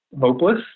hopeless